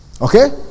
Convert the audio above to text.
Okay